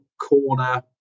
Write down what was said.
corner